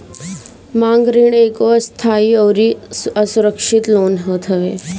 मांग ऋण एगो अस्थाई अउरी असुरक्षित लोन होत हवे